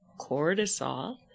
cortisol